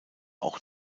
auch